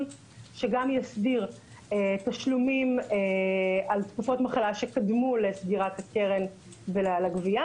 שיסדיר תשלומים על תקופות מחלה שקדמו לסגירת הקרן ולגבייה,